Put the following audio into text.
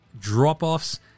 drop-offs